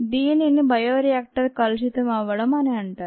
దీనిని బయోరియాక్టర్ కలుషితం అవ్వడం అని అంటారు